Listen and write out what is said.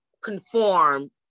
conform